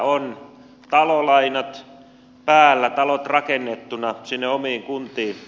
on talolainat päällä talot rakennettuna sinne omiin kuntiin